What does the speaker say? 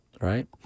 right